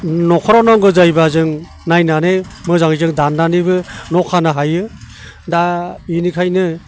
न'खराव नांगौ जायोबा जों नायनानै मोजां जों दाननानैबो न' खानो हायो दा बेनिखायनो